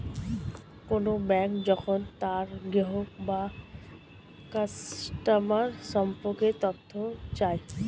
কোন ব্যাঙ্ক যখন তার গ্রাহক বা কাস্টমার সম্পর্কে তথ্য চায়